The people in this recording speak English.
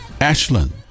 Ashland